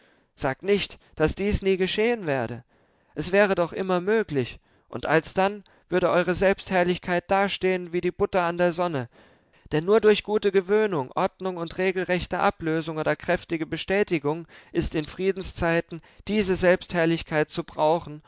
sag nicht daß dies nie geschehen werde es wäre doch immer möglich und alsdann würde eure selbstherrlichkeit dastehen wie die butter an der sonne denn nur durch gute gewöhnung ordnung und regelrechte ablösung oder kräftige bestätigung ist in friedenszeiten diese selbstherrlichkeit zu brauchen